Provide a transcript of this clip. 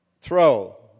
throw